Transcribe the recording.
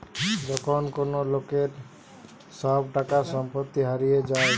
যখন কোন লোকের সব টাকা সম্পত্তি হারিয়ে যায়